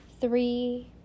three